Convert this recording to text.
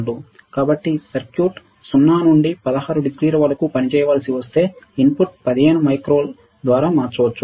కాబట్టి సర్క్యూట్ 0 నుండి 16 డిగ్రీల వరకు పనిచేయవలసి వస్తే ఇన్పుట్ 15 మైక్రో ద్వారా మారవచ్చు